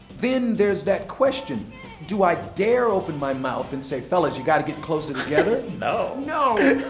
then there's that question do i dare open my mouth and say, fellas, you got to get closer together? no no.